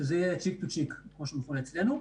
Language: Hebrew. שזה יהיה cheek to cheek, כמו שמכונה אצלנו.